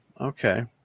Okay